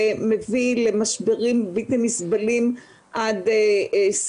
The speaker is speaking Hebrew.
ואישור של בקר וכל מיני מחסומים וקבלת אבחנה